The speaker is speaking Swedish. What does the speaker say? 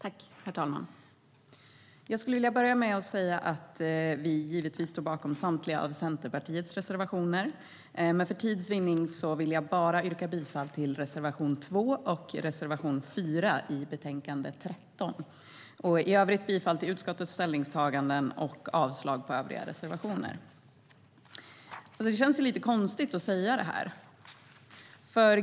STYLEREF Kantrubrik \* MERGEFORMAT Migration, Anhörig-invandring och Arbets-kraftsinvandringDet känns lite konstigt att säga det här.